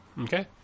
Okay